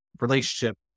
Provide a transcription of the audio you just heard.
relationship